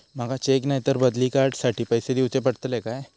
माका चेक नाय तर बदली कार्ड साठी पैसे दीवचे पडतले काय?